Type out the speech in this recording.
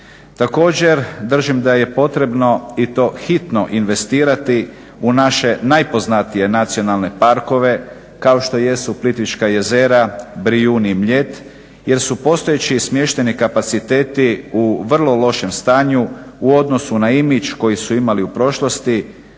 Također, držim da je potrebno i to hitno investirati u naše najpoznatije nacionalne parkove kao što jesu Plitvička jezera, Brijuni i Mljet jer su postojeći smještajni kapaciteti u vrlo lošem stanju u odnosu na imidž koji su imali u prošlosti